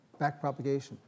backpropagation